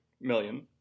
million